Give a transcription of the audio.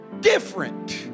Different